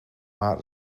maar